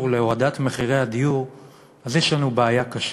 להורדת מחירי הדיור אז יש לנו בעיה קשה,